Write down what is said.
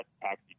taxi